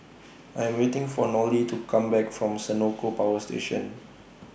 I Am waiting For Nolie to Come Back from Senoko Power Station